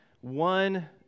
one